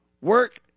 work